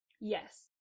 Yes